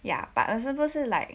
ya but 是不是 like